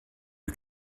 you